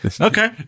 okay